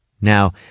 Now